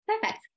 Perfect